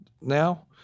now